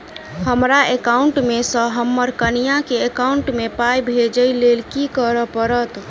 हमरा एकाउंट मे सऽ हम्मर कनिया केँ एकाउंट मै पाई भेजइ लेल की करऽ पड़त?